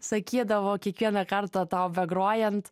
sakydavo kiekvieną kartą tau grojant